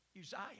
Uzziah